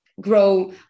grow